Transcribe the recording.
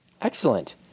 Excellent